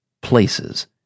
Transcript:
places